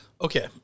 Okay